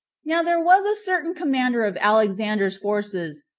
now there was a certain commander of alexander's forces,